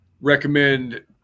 recommend